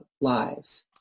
lives